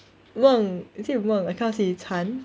梦 is it 梦 I cannot see 参